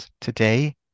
Today